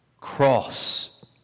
cross